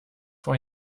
vor